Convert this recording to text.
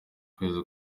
kwezi